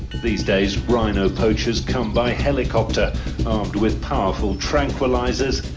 these days, rhino poachers come by helicopter armed with powerful tranquilizers,